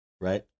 right